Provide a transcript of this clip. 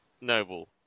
Noble